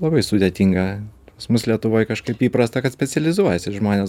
labai sudėtinga pas mus lietuvoj kažkaip įprasta kad specializuojasi žmonės